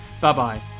Bye-bye